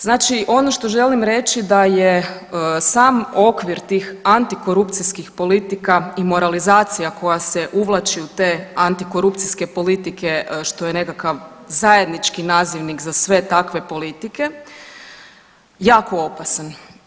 Znači ono što želim reći da je sam okvir tih antikorupcijskih politika i moralizacija koja se uvlači u te antikorupcijske politike što je nekakav zajednički nazivnik za sve takve politike, jako opasan.